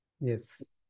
Yes